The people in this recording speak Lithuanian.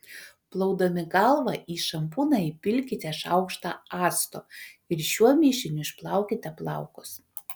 plaudami galvą į šampūną įpilkite šaukštą acto ir šiuo mišiniu išplaukite plaukus